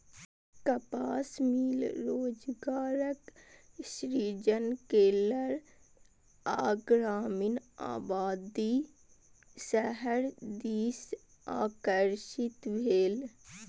कपास मिल रोजगारक सृजन केलक आ ग्रामीण आबादी शहर दिस आकर्षित भेल